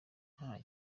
nta